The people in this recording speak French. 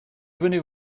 venez